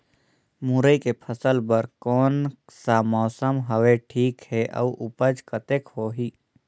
मुरई के फसल बर कोन सा मौसम हवे ठीक हे अउर ऊपज कतेक होही?